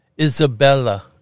Isabella